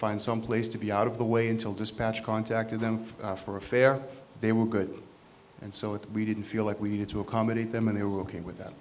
find someplace to be out of the way until dispatch contacted them for a fare they were good and so we didn't feel like we needed to accommodate them and they were ok with that